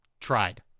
tried